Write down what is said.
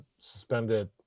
suspended